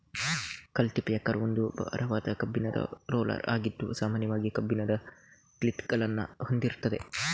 culti packer ಒಂದು ಭಾರವಾದ ಕಬ್ಬಿಣದ ರೋಲರ್ ಆಗಿದ್ದು ಸಾಮಾನ್ಯವಾಗಿ ಕಬ್ಬಿಣದ ಕ್ಲೀಟುಗಳನ್ನ ಹೊಂದಿರ್ತದೆ